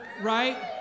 right